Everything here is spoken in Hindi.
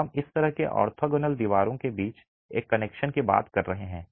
तो हम इस तरह के ऑर्थोगोनल दीवारों के बीच एक कनेक्शन की बात कर रहे हैं